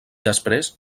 després